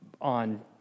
on